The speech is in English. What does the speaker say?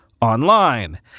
online